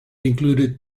included